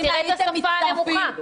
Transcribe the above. -- ותראה את השפה הנמוכה.